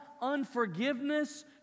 unforgiveness